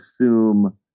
assume –